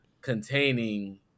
containing